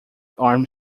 arm